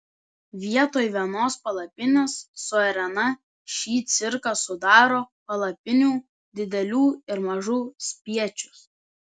vietoj vienos palapinės su arena šį cirką sudaro palapinių didelių ir mažų spiečius